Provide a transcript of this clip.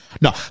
No